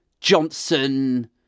Johnson